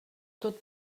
tot